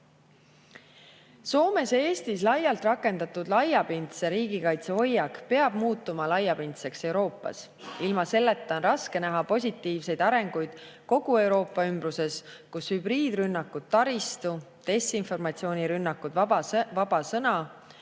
Soomes ja Eestis laialt rakendatud laiapindse riigikaitse hoiak peab muutuma laiapindseks kogu Euroopas. Ilma selleta on raske näha positiivseid arengusuundi kogu Euroopa ümbruses, kus hübriidrünnakud taristu, desinformatsioonirünnakud vaba sõna,